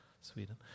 Sweden